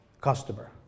customer